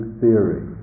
theory